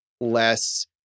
less